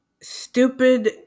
stupid